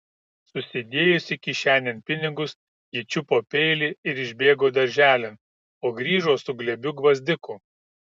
susidėjusi kišenėn pinigus ji čiupo peilį ir išbėgo darželin o grįžo su glėbiu gvazdikų